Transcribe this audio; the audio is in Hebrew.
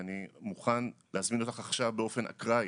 אני מוכן להזמין אותך עכשיו באופן אקראי